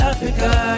Africa